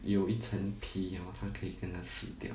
有一层皮 hor 他可以跟它撕掉